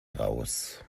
raus